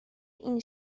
این